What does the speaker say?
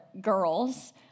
girls